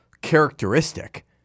characteristic